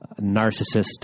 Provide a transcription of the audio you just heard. narcissist